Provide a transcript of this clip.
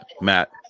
Matt